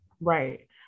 right